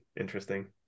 interesting